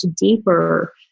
deeper